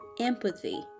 Empathy